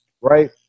right